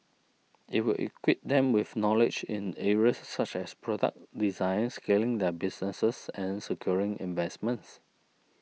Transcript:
it will equip them with knowledge in areas such as product design scaling their businesses and securing investments